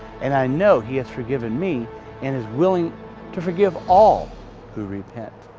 and i know he has forgiven me and is willing to forgive all who repent.